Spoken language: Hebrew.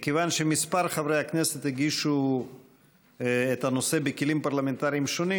מכיוון שכמה חברי כנסת הגישו את הנושא בכלים פרלמנטריים שונים,